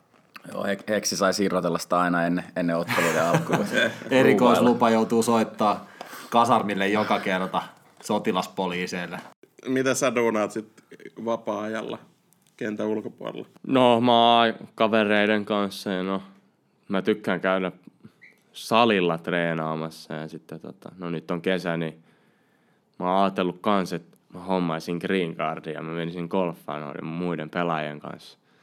Joo, He- Heksi saisi irrotella sitä aina ennen- ennen otteluiden alkua. Erikoislupa joutuu soittaa kasarmille joka kerta, sotilaspoliiseille. Mitä sä duunaat sit vapaa-ajalla, kentän ulkopuolella? No, mä oon kavereiden kanssa ja no, mä tykkään käydä salilla treenaamassa ja sitten tota, no nyt on kesä, niin mä oon ajatellut kans, että mä hommaisin green cardin ja mä menisin golffaan noiden muiden pelaajien kanssa.